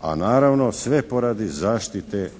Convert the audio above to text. a naravno sve poradi zaštite